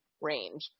range